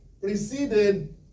preceded